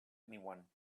anyone